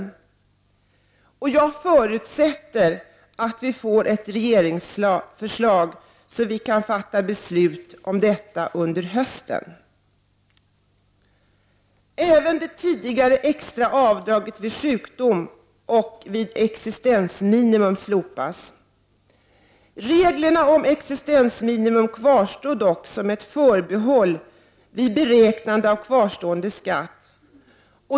Jag förut — 13 juni 1990 sätter att vi får ett regeringsförslag så att vi kan fatta beslut om detta under Även det tidigare extra avdraget vid sjukdom och vid existensminimum slopas. Reglerna om existensminimum kvarstår dock som ett förbehållsbelopp vid beräkning av kvarstående skatt.